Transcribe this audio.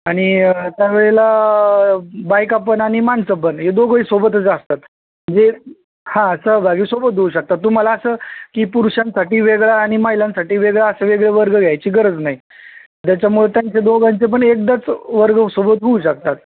आणि त्या वेळेला बायका पण आणि माणसं पण हे दोघेही सोबतच असतात म्हणजे हां सहभागी सोबत होऊ शकतात तुम्हाला असं की पुरूषांसाठी वेगळं आणि महिलांसाठी वेगळं असे वेगळे वर्ग घ्यायची गरज नाही ज्याच्यामुळे त्यांचे दोघांचे पण एकदाच वर्ग सोबत होऊ शकतात